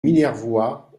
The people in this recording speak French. minervois